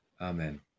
Amen